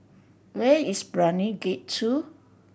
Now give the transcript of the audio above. where is Brani Gate Two